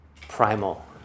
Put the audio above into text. primal